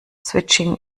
switching